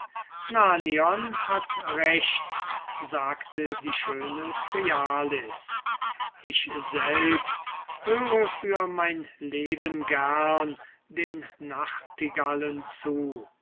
hat recht sagte die schöne thryallis ich selbst höre für mein leben gern den nachtigallen zu